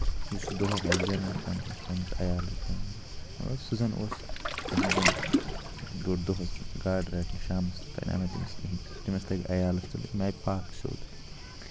یُس دۄہَس آسہِ زینان شامَس آسہِ پَنٛنِس عیالَس دِوان مطلب سُہ زَن اوس تٔمِس زَن بیوٗٹھ دۄہَس گاڈٕ رَٹنہِ شامَس تام آو نہٕ تٔمِس کِہیٖنۍ تٔمِس لَگہِ عیالَس تیٚلہِ اَمہِ آیہِ فاقہٕ سیوٚد